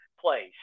place